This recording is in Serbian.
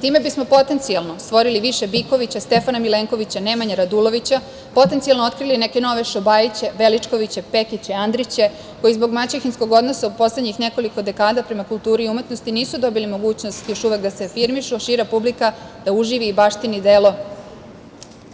Time bismo potencijalno stvorili više Bikovića, Stefana Milenkovića, Nemanje Radulovića, potencijalno otkrili neke nove Šobajiće, Veličkoviće, Pekiće, Andriće, koji zbog maćehinskog odnosa u poslednjih nekoliko dekada prema kulturi i umetnosti nisu dobili mogućnost još uvek da se afirmišu, a šira publika da uživi i baštini delo